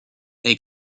est